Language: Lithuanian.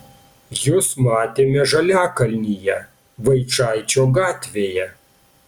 jus matėme žaliakalnyje vaičaičio gatvėje